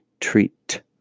treat